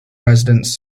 residents